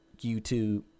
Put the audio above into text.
YouTube